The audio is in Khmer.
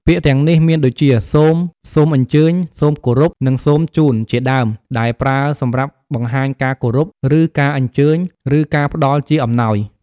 ពាក្យទាំងនេះ មានដូចជា សូម, សូមអញ្ជើញ, សូមគោរព, និង សូមជូន ជាដើម ដែលប្រើសម្រាប់បង្ហាញការគោរព ឬការអញ្ជើញ ឬការផ្តល់ជាអំណោយ។